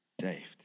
saved